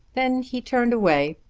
then he turned away,